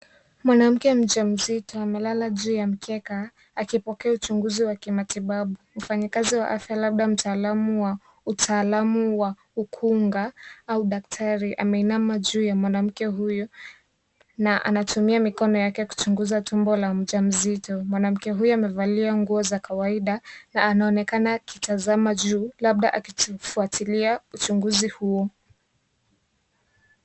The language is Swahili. Mwanamke mjamzito, amelala juu ya mkeka, akipokea uchunguzi wa kimatibabu. Mfanyikazi wa afya labda mtaalamu wa utaalamu wa ukunga au daktari, ameinama juu ya mwanamke huyo, na anatumia mikono yake kuchunguza tumbo la mjamzito. Mwanamke huyo, amevalia nguo za kawaida, na anaonekana akitazama juu labda akitu, akifuatilia uchunguzi huo.